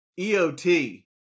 EOT